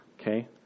Okay